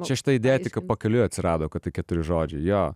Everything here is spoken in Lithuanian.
čia šita idėja tik pakeliui atsirado kad keturi žodžiai jo